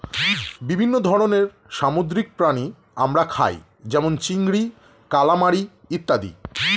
বিভিন্ন ধরনের সামুদ্রিক প্রাণী আমরা খাই যেমন চিংড়ি, কালামারী ইত্যাদি